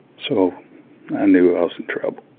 so i knew i was in trouble.